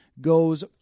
goes